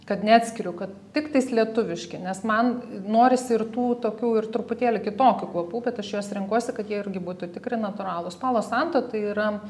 kad neatskiriu kad tiktais lietuviški nes man norisi ir tų tokių ir truputėlį kitokių kvapų bet aš juos renkuosi kad jie irgi būtų tikri natūralūs palo santo tai yra